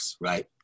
right